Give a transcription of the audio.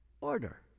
order